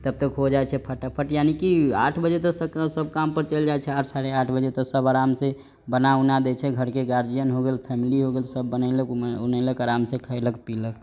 तबतक हो जाइ छै फटाफट यानीकी आठ बजे त सब काम पर चइल जाइ छै साढ़े आठ बजे त सब आराम से बना ऊना दै छै घर के गार्जियन हो गेल फैमिली हो गेल सब बनैलक ऊनैलक आराम से खैलक पिलक